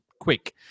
Quick